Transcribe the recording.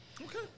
Okay